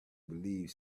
believe